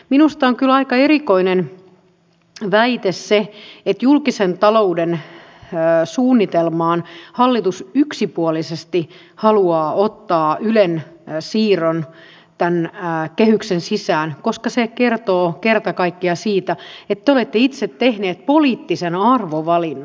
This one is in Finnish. minusta on kyllä aika erikoinen väite se että julkisen talouden suunnitelmaan hallitus yksipuolisesti haluaa ottaa ylen siirron tämän kehyksen sisään koska se kertoo kerta kaikkiaan siitä että te olette itse tehneet poliittisen arvovalinnan